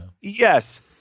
Yes